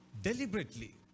Deliberately